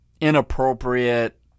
inappropriate